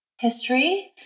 history